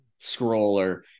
scroller